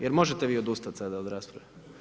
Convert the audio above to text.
Jer možete vi odustati sada od rasprave?